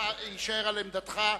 הישאר על עמדתך.